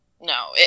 No